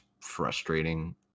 frustrating